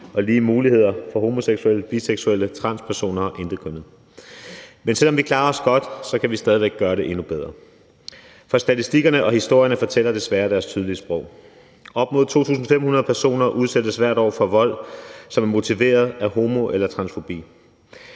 og lige muligheder for homoseksuelle, biseksuelle, transpersoner og intetkønnede. Men selv om vi klarer os godt, kan vi stadig væk gøre det endnu bedre. For statistikkerne og historierne fortæller desværre deres tydelige sprog. Op mod 2.500 personer udsættes hvert år for vold, som er motiveret af homo- eller transfobi.